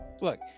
Look